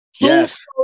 Yes